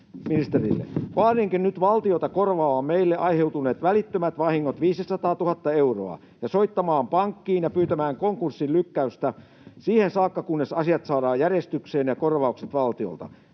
”Vaadinkin nyt valtiota korvaamaan meille aiheutuneet välittömät vahingot, 500 000 euroa, ja soittamaan pankkiin ja pyytämään konkurssin lykkäystä siihen saakka, kunnes asiat saadaan järjestykseen ja korvaukset valtiolta.